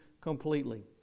completely